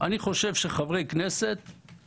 אפשר להגיד שהם מסווגים.